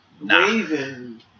Raven